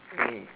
mm